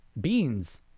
beans